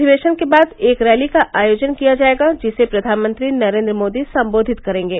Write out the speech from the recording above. अधिवेशन के बाद एक रैली का आयोजन किया जायेगा जिसे प्रधानमंत्री नरेन्द्र मोदी सम्बोधित करेंगे